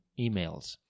emails